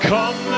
Come